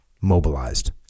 mobilized